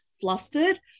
flustered